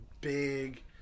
big